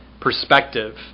perspective